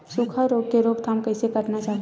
सुखा रोग के रोकथाम कइसे करना चाही?